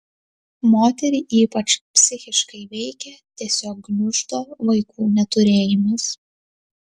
moterį ypač psichiškai veikia tiesiog gniuždo vaikų neturėjimas